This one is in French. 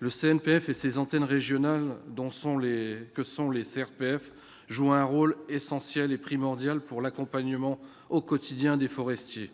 le CNPF et ses antennes régionales dont sont les que sont les CRPF jouent un rôle essentiel et primordial pour l'accompagnement au quotidien des forestiers,